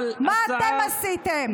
אנחנו עוברים להצבעה.